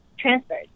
Transferred